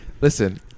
Listen